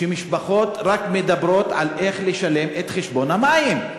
שמשפחות רק מדברות על איך לשלם את חשבון המים.